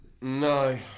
No